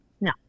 No